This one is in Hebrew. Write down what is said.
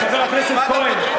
חבר הכנסת כהן,